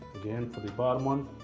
again, for the bottom one,